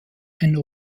einen